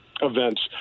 events